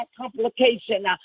complication